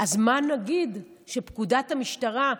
אז מה נגיד כשפקודת המשטרה,